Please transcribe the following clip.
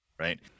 right